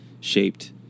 shaped